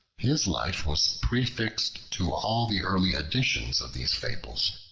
his life was prefixed to all the early editions of these fables,